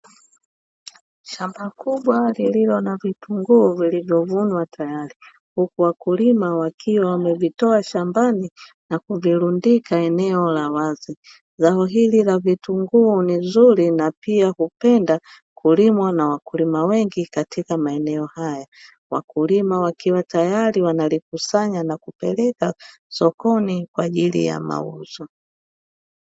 Shamba kubwa lililo na vitunguu vilivyovunwa tayari, huku wakulima wakiwa wamevitoa shambani na kuvirundika eneo la wazi. Zao hili la vitunguu ni zuri na pia hupenda kulimwa na wakulima wengi katika maeneo haya. Wakulima wakiwa tayari wanalikusanya na kupeleka sokoni kwa ajili ya mauzo.